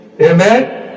amen